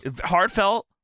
Heartfelt